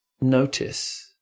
notice